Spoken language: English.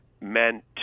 meant